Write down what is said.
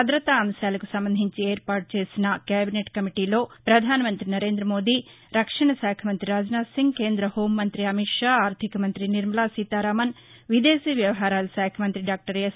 భద్రతా అంశాలకు సంబంధించి ఏర్పాటు చేసిన కేబినెట్ కమిటీలో పధాన మంతి నరేంద మోదీ రక్షణ శాఖ మంతి రాజ్నాథ్సింగ్ కేంద హోంమంతి అమిత్షా ఆర్థిక మంతి నిర్మలా సీతారామన్ విదేశీ వ్యవహారాల శాఖ మంతి డాక్టర్ ఎస్